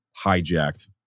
hijacked